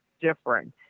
different